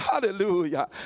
Hallelujah